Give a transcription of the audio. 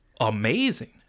amazing